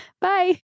Bye